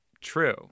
true